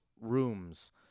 rooms